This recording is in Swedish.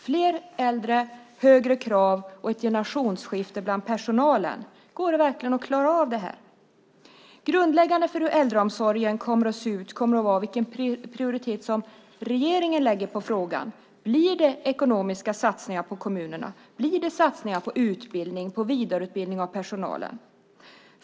Fler äldre, högre krav och ett generationsskifte bland personalen - går det verkligen att klara av detta? Grundläggande för hur äldreomsorgen framöver ser ut kommer att vara vilken prioritet regeringen ger frågan. Blir det ekonomiska satsningar på kommunerna? Blir det satsningar på utbildning och på vidareutbildning av personalen?